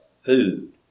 food